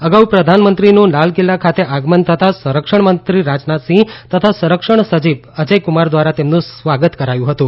અગાઉ પ્રધાનમંત્રીનું લાલકિલ્લા ખાતે આગમન થતાં સંરક્ષણમંત્રી રાજનાથસીંહ તથા સંરક્ષણ સચિવ અજયકુમાર દ્વારા તેમનું સ્વાગત કરાયું હતું